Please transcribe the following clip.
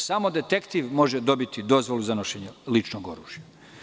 Samo detektiv može dobiti dozvolu za nošenje ličnog oružja.